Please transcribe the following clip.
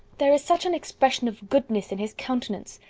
there is such an expression of goodness in his countenance!